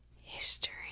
history